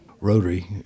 Rotary